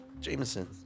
Jameson